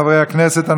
חברי הכנסת,